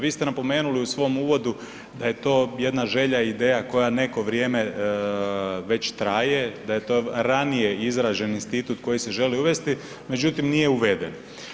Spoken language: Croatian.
Vi ste napomenuli u svojem uvodu da je to jedna želja i ideja koja neko vrijeme već traje, da je to ranije izražen institut koji se želi uvesti, međutim nije uveden.